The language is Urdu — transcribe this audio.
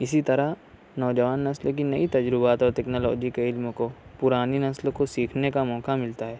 اِسی طرح نوجوان نسل کی نئی تجربات اور ٹیکنالوجی کے علموں کو پرانی نسل کو سیکھنے کا موقع مِلتا ہے